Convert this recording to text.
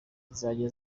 zizajya